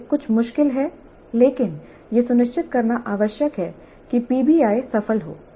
यह कुछ मुश्किल है लेकिन यह सुनिश्चित करना आवश्यक है कि पीबीआई सफल हो